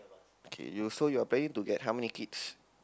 okay you so you're planning to get how many kids